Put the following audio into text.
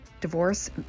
divorce